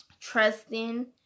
trusting